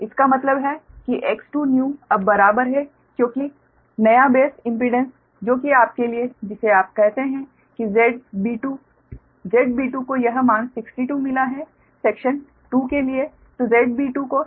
इसका मतलब है कि X2new अब बराबर है क्योंकि नया बेस इम्पीडेंस जो आपके लिए है जिसे आप कहते हैं कि ZB2 ZB2 को यह मान 62 मिला है सेक्शन 2 के लिए